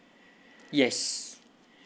yes